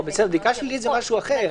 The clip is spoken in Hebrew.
בדיקה שלילית זה משהו אחר.